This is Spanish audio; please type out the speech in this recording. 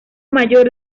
mayor